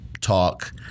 talk